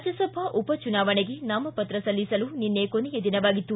ರಾಜ್ಯಸಭಾ ಉಪಚುನಾವಣೆಗೆ ನಾಮಪತ್ರ ಸಲ್ಲಿಸಲು ನಿನ್ನೆ ಕೊನೆಯ ದಿನವಾಗಿತ್ತು